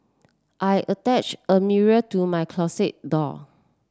I attached a mirror to my closet door